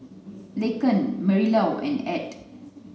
Laken Marilou and Add